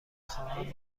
خواهم